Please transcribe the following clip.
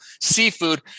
seafood